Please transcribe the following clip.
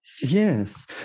Yes